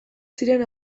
ziren